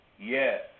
Yes